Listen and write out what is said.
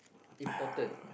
important